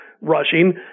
rushing